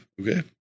Okay